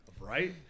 Right